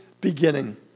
beginning